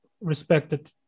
respected